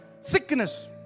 sickness